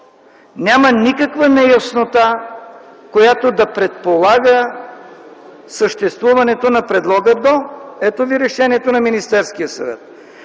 няма никаква неяснота, която да предполага съществуването на предлога „до”. Ето ви решението на Министерския съвет